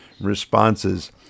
responses